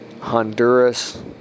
Honduras